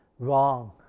Wrong